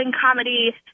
comedy